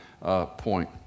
point